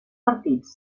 partits